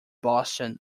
boston